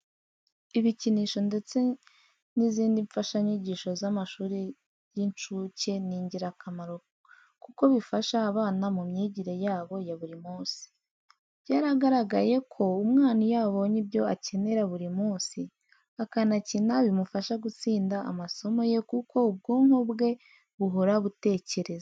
Ibikinisho ndetse n'izindi mfashanyigisho z'amashuri y'inshuke ni ingirakamaro kuko bifasha abana mu myigire yabo ya buri munsi. Byaragaragaye ko umwana iyo abonye ibyo akenera buri munsi akanakina bimufasha gutsinda amasomo ye kuko ubwonko bwe buhora butekereza.